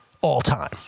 all-time